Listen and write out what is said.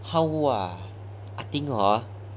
how ah I think orh